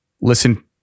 listen